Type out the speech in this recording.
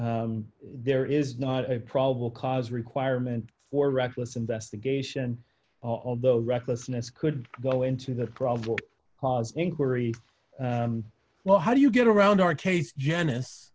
amendment there is not a probable cause requirement for reckless investigation although recklessness could go into the probable cause inquiry well how do you get around our case janice